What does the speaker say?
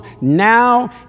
Now